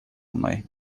мной